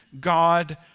God